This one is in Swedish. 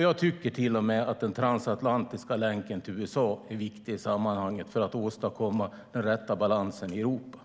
Jag tycker till och med att den transatlantiska länken till USA är viktig för att åstadkomma den rätta balansen i Europa.